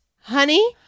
Honey